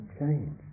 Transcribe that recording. change